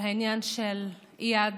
על העניין של איאד,